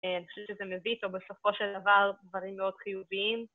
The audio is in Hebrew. אני חושבת שזה מביא איתו בסופו של דבר דברים מאוד חיוביים.